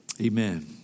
Amen